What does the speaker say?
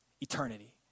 Eternity